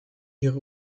ihre